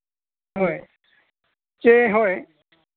ᱦᱳᱭ ᱪᱮ ᱦᱳᱭ